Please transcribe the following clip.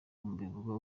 mbivuga